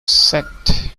set